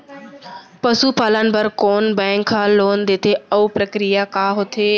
पसु पालन बर कोन बैंक ह लोन देथे अऊ प्रक्रिया का होथे?